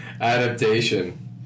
adaptation